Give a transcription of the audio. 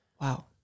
Wow